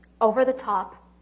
over-the-top